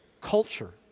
culture